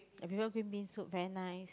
I prefer green bean soup very nice